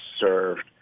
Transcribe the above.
served